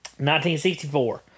1964